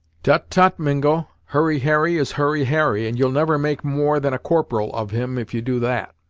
tut-tut mingo hurry harry is hurry harry, and you'll never make more than a corporal of him, if you do that.